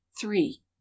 three